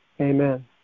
Amen